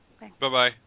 Bye-bye